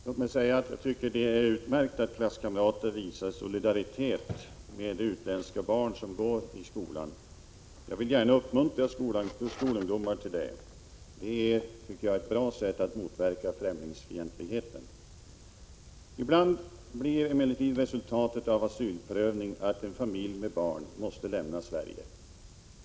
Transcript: Fru talman! Låt mig säga att jag tycker det är utmärkt att klasskamrater visar solidaritet med utländska barn som går i skolan. Jag vill gärna uppmuntra skolungdomar till det. Det är ett bra sätt att motverka främlings fientlighet. Ibland blir emellertid resultatet av asylprövningen att en familj med barn måste lämna Sverige.